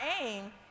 aim